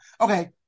Okay